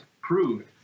proved